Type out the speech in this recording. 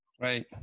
right